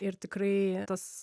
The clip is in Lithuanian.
ir tikrai tas